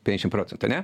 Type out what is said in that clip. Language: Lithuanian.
penkiasdešim procentų ane